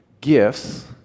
gifts